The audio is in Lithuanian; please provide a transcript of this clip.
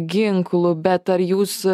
ginklu bet ar jūs